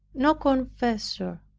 no confessor,